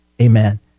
amen